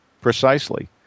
Precisely